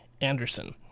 Anderson